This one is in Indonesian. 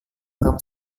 kamu